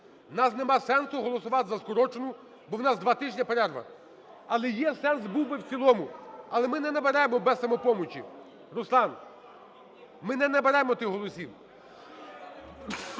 нас нема сенсу голосувати за скорочену, бо у нас два тижні перерва, але є сенс, був би в цілому, але ми не наберемо без "Самопомочі". Руслан, ми не наберемо тих голосів.